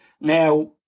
now